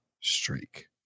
streak